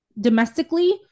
domestically